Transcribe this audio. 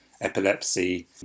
epilepsy